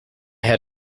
had